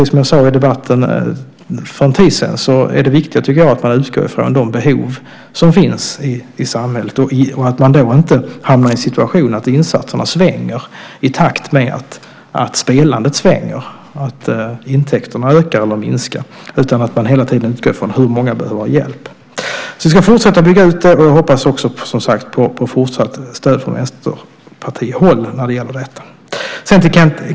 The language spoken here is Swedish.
Som jag sade i debatten för en tid sedan tycker jag att det är viktigare att man utgår från de behov som finns i samhället och att man då inte hamnar i den situationen att insatserna svänger i takt med att spelandet svänger och intäkterna ökar eller minskar. Man bör hela tiden utgå ifrån hur många som behöver hjälp. Vi ska fortsätta att bygga ut det. Jag hoppas på fortsatt stöd från vänsterpartihåll när det gäller detta.